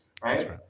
Right